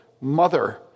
Mother